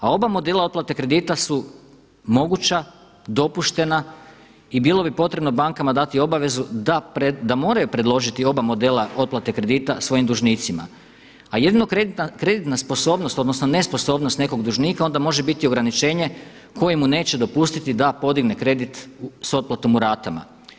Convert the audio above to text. A oba modela otplate kredita su moguća, dopuštena i bilo bi potrebno bankama dati obavezu da moraju predložiti oba modela otplate kredita svojim dužnicima, a jedino kreditna sposobnost odnosno nesposobnost nekog dužnika onda može biti ograničenje koje mu neće dopustiti da podigne kredit s otplatom u ratama.